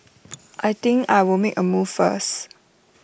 I think I'll make A move first